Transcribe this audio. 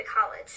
college